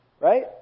Right